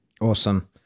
Awesome